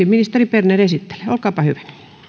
ministeri berner esittelee olkaapa hyvä